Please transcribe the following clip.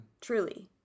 Truly